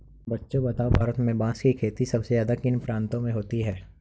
बच्चों बताओ भारत में बांस की खेती सबसे ज्यादा किन प्रांतों में होती है?